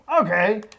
okay